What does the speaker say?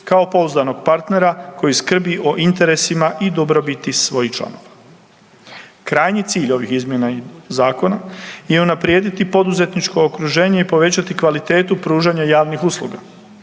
kao pouzdanog partnera koji skrbi o interesima i dobrobiti svojih članova. Krajnji cilj ovih izmjena zakona je unaprijediti poduzetničko okruženje i povećati kvalitetu pružanja javnih usluga,